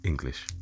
English